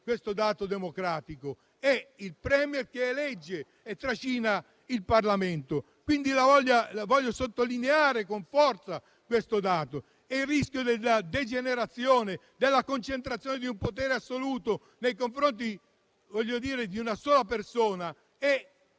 questo dato democratico ed è il *Premier* che elegge e trascina il Parlamento. Voglio sottolineare con forza questo dato. Il rischio della degenerazione, della concentrazione di un potere assoluto nelle mani di una sola persona è